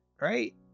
right